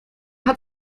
hat